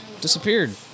disappeared